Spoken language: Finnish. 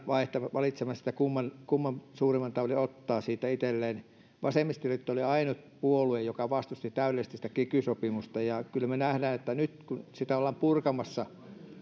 valitsemassa että kumman suuremman taudin ottaa siitä itselleen vasemmistoliitto oli ainut puolue joka vastusti täydellisesti sitä kiky sopimusta ja kyllä me näemme että nyt kun sitä sopimusta ollaan purkamassa